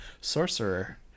sorcerer